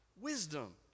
wisdom